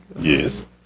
Yes